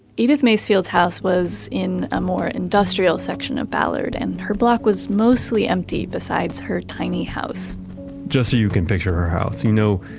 edith macefield's house was in a more industrial section of ballard and her block was mostly empty besides her tiny house just so you can picture her house, you know,